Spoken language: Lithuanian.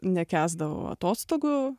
nekęsdavau atostogų